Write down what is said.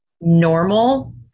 normal